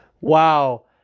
Wow